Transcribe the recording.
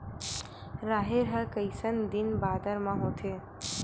राहेर ह कइसन दिन बादर म होथे?